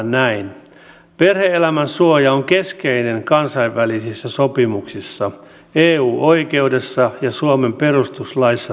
perhe elämän suoja on keskeinen kansainvälisissä sopimuksissa eu oikeudessa ja suomen perustuslaissa turvattu oikeus